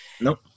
Nope